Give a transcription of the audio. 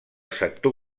sector